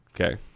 Okay